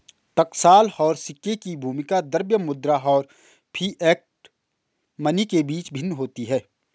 टकसाल और सिक्के की भूमिका द्रव्य मुद्रा और फिएट मनी के बीच भिन्न होती है